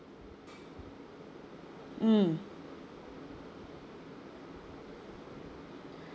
mm